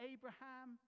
Abraham